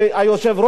והיושב-ראש,